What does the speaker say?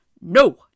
no